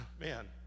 man